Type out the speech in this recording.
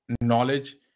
knowledge